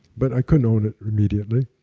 but i couldn't own it immediately,